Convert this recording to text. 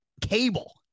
cable